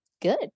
good